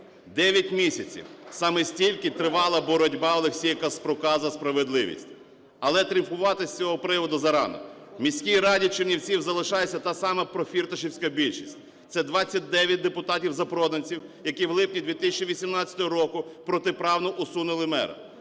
Дев'ять місяців, саме стільки тривала боротьба Олексія Каспрука за справедливість. Але тріумфувати з цього зарано. В міській раді Чернівців залишається та сама профірташівська більшість. Це 29 депутатів-запроданців, які в липні 2018 року протиправно усунули мера.